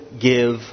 give